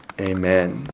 Amen